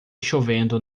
chovendo